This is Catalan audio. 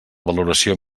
valoració